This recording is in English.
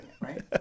Right